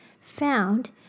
found